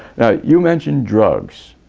now you mentioned drugs.